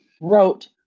wrote